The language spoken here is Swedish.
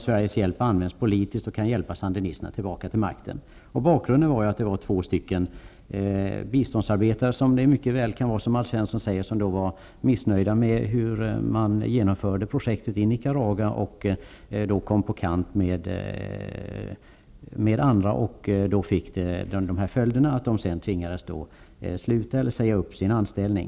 Sveriges hjälp används politiskt och kan användas för att hjälpa sandinisterna tillbaka till makten. Bakgrunden var två biståndsarbetare som var missnöjda med hur projektet i Nicaragua genomfördes. De kom därför på kant de övriga, vilket fick till följd att de två biståndsarbetarna tvingades säga upp sin anställning.